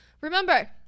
remember